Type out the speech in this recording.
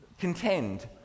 contend